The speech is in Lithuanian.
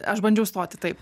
aš bandžiau stoti taip